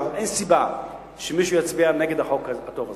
אין סיבה שמישהו יצביע נגד החוק הטוב הזה.